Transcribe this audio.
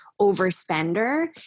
overspender